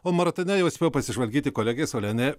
o maratone jau spėjo pasižvalgyti kolegė saulenė